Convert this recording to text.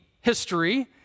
history